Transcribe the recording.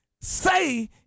say